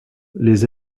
les